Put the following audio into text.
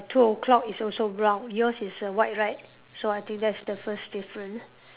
two O-clock is also brown yours is err white right so I think that's the first different